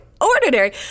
ordinary